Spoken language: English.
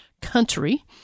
country